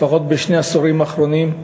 לפחות בשני העשורים האחרונים,